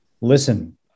listen